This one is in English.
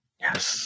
Yes